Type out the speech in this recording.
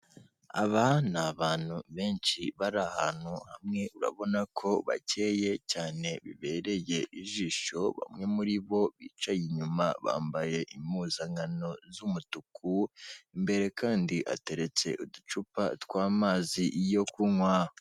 Aba ni abantu benshi bari ahantu hamwe urabona ko bakeye cyane bibereye ijisho, bamwe muri bo bicaye inyuma bambaye impuzankano z'umutuku, imbere kandi hateretse uducupa tw'amazi yo kunywa.